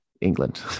England